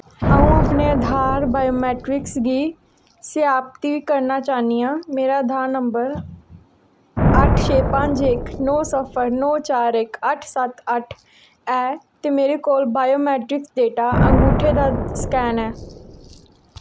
अ'ऊं अपने आधार बायोमेट्रिक्स गी सत्यापित करना चाह्न्नां मेरा आधार नंबर अट्ठ छे पंज इक नौ सिफर नौ चार इक अट्ठ सत्त अट्ठ ऐ ते मेरे कोल बायोमेट्रिक डेटा अंगूठे दा स्कैन ऐ